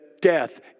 death